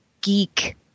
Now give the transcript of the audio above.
geek